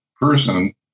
person